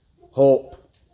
hope